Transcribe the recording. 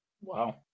Wow